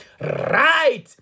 Right